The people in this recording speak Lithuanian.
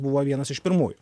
buvo vienas iš pirmų